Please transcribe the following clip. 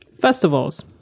festivals